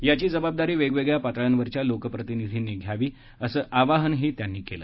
याची जबाबदारी वेगवेगळ्या पातळ्यांवरच्या लोकप्रतिनिधींनी घ्यावी असं आवाहनही त्यांनी केलं